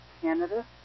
Canada